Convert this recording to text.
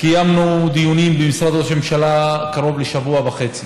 קיימנו דיונים במשרד ראש הממשלה קרוב לשבוע וחצי,